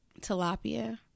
tilapia